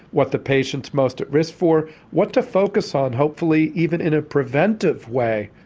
what the patient's most at risk for what to focus on, hopefully even in a preventive way,